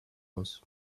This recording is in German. muss